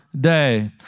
day